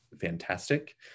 fantastic